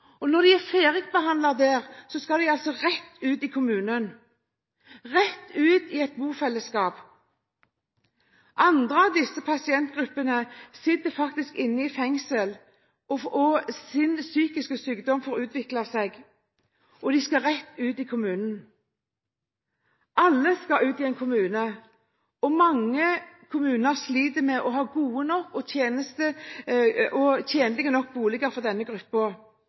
og når de er ferdigbehandlet der, skal de altså rett ut i kommunen – rett ut i et bofellesskap. Andre av disse pasientgruppene sitter faktisk i fengsel, hvor deres psykiske sykdom får utvikle seg. De skal rett ut i kommunen. Alle skal ut i en kommune. Mange kommuner sliter med å ha gode og tjenlige nok boliger for denne